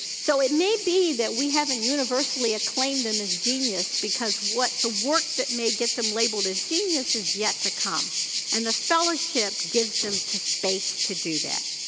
so, it may be that we haven't universally acclaimed them as genius because what the work that may get them labeled as genius is yet to come and the fellowship gives them space to do that.